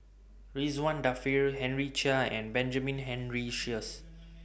Ridzwan Dzafir Henry Chia and Benjamin Henry Sheares